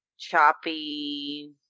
Choppy